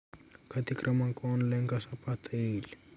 खाते क्रमांक ऑनलाइन कसा पाहता येईल?